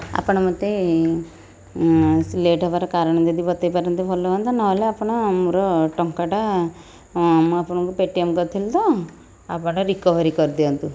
ଆପଣ ମୋତେ ଲେଟ୍ ହେବାର କାରଣ ଯଦି ବତେଇପାରନ୍ତେ ଭଲ ହୁଅନ୍ତା ନହେଲେ ଆପଣ ମୋର ଟଙ୍କାଟା ଅଁ ମୁଁ ଆପଣଙ୍କୁ ପେଟିଏମ୍ କରିଥିଲି ତ ଆପଣ ରିକଭରି କରିଦିଅନ୍ତୁ